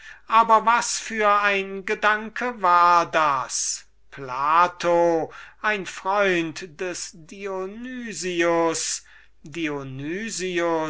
auf aber was für ein gedanke war das plato ein freund des